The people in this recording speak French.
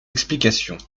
explications